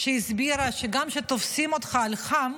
שהסבירה שגם כשתופסים אותך על חם,